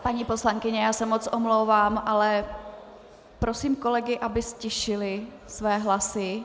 Paní poslankyně, já se moc omlouvám, ale prosím kolegy, aby ztišili své hlasy.